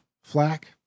flack